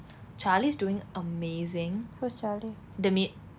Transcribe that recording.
charlie's doing amazing the meat